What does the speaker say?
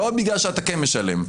לא בגלל שאתה כן משלם.